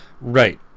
Right